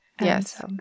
Yes